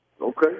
Okay